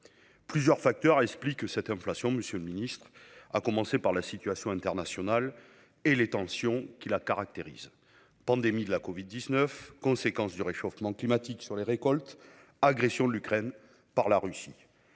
Plusieurs facteurs expliquent cette inflation, à commencer par la situation internationale et les tensions qui la caractérisent : pandémie de covid-19, conséquences du réchauffement climatique sur les récoltes, agression de l'Ukraine par la Russie.